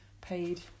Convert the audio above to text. paid